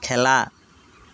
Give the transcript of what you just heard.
খেলা